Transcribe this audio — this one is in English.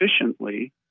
efficiently